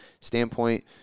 standpoint